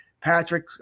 Patrick